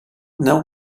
know